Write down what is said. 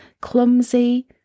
clumsy